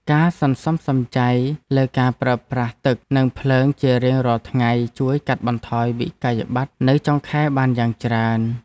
ការសន្សំសំចៃលើការប្រើប្រាស់ទឹកនិងភ្លើងជារៀងរាល់ថ្ងៃជួយកាត់បន្ថយវិក្កយបត្រនៅចុងខែបានយ៉ាងច្រើន។